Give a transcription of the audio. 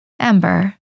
Ember